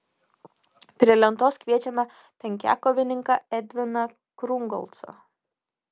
prie lentos kviečiame penkiakovininką edviną krungolcą